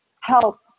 help